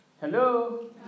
Hello